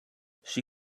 she